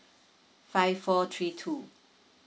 five four three two